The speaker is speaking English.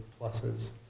pluses